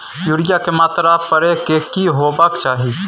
Urea के मात्रा परै के की होबाक चाही?